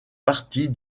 partie